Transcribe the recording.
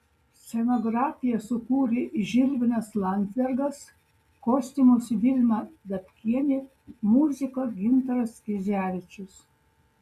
scenografiją sukūrė žilvinas landzbergas kostiumus vilma dabkienė muziką gintaras kizevičius